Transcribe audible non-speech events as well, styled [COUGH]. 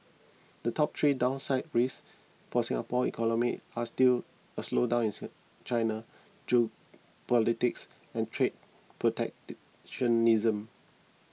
the top three downside risks for Singapore economy are still a slowdown [UNINTELLIGIBLE] China geopolitics and trade protectionism